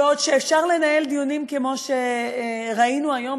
בעוד אפשר לנהל דיונים כמו שראינו היום,